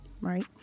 right